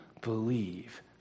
believe